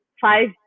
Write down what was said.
five